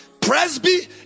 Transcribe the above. Presby